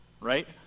Right